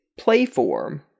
Playform